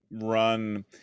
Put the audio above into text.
run